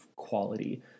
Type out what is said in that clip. quality